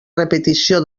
repetició